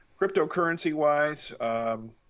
Cryptocurrency-wise